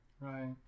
Right